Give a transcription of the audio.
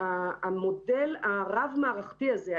המודל הרב-מערכתי הזה,